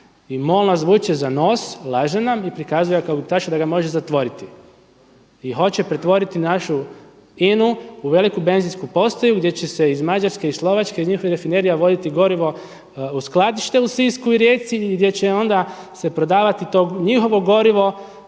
MOL nas vuče za nos, laže nas i prikazuje ga kao gubitaša da ga može zatvoriti i hoće pretvoriti našu INA-u u veliku benzinsku postaju gdje će se iz Mađarske i Slovačke iz njihovih rafinerija voditi gorivo u skladište u Sisku i Rijeci i gdje će onda se prodavati to njihovo gorivo